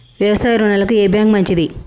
వ్యవసాయ రుణాలకు ఏ బ్యాంక్ మంచిది?